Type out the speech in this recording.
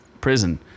prison